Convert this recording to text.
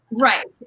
Right